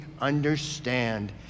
understand